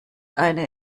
eine